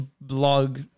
blog